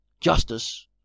Justice